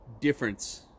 difference